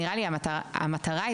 נראה לי שהמטרה היא